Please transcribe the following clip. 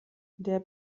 der